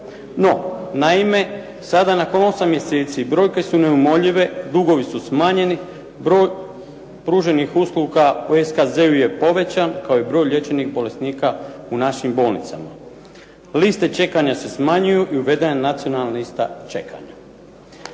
Naime, sada nakon 8 mjeseci brojke su neumoljive, dugovi su smanjeni, broj pruženih usluga u SKZ-u je povećan kao i broj liječenih bolesnika u našim bolnicama. Liste čekanja se smanjuju i uvedena je nacionalna lista čekanja.